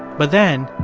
but then,